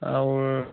ଆଉ